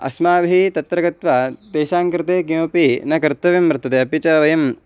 अस्माभिः तत्र गत्वा तेषाङ्कृते किमपि न कर्तव्यं वर्तते अपि च वयं